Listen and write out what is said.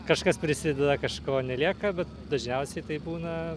kažkas prisideda kažko nelieka bet dažniausiai tai būna